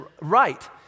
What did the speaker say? right